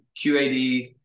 QAD